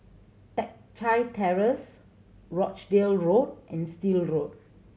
Teck Chye Terrace Rochdale Road and Still Road